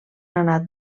anat